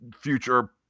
future